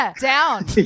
down